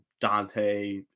Dante